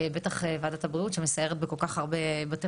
בטח ועדת הבריאות שמסיירת בכל כך הרבה בתי